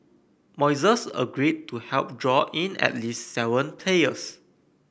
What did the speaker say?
Moises agreed to help draw in at least seven players